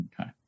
Okay